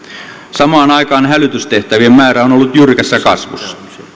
samaan aikaan hälytystehtävien määrä on ollut jyrkässä kasvussa